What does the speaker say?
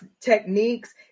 techniques